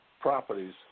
properties